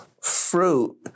fruit